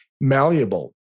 malleable